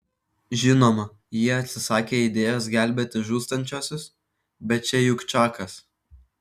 žinoma ji atsisakė idėjos gelbėti žūstančiuosius bet čia juk čakas